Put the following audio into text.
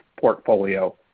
portfolio